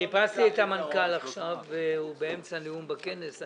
חיפשתי את המנכ"ל עכשיו והוא באמצע נאום בכנס.